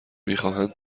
میخواهند